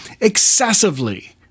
excessively